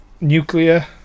nuclear